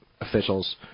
officials